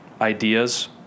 ideas